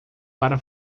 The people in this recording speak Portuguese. para